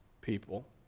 people